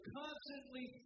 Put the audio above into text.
constantly